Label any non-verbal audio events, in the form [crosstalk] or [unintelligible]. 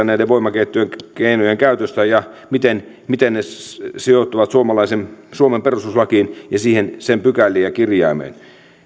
[unintelligible] näiden voimakeinojen voimakeinojen käytöstä ja siitä miten ne sijoittuvat suomen perustuslakiin ja sen pykäliin ja kirjaimeen